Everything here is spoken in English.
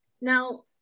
Now